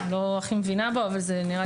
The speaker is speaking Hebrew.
אני לא הכי מבינה בו אבל כך נראה לי.